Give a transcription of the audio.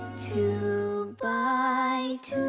two by two